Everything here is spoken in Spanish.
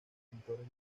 pintores